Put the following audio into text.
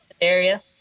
area